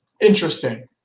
interesting